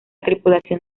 tripulación